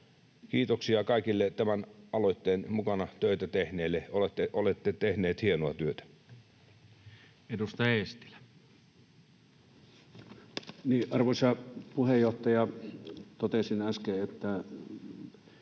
Kiitoksia kaikille tämän aloitteen mukana töitä tehneille. Olette tehneet hienoa työtä. Edustaja Eestilä. Arvoisa puheenjohtaja! Totesin äsken tästä